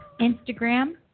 Instagram